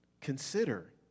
consider